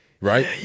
right